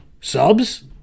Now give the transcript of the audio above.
Subs